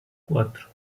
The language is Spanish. cuatro